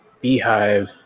beehive